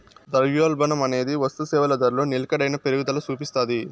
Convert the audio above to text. ద్రవ్యోల్బణమనేది వస్తుసేవల ధరలో నిలకడైన పెరుగుదల సూపిస్తాది